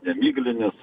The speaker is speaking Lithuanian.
ne miglinis